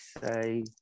say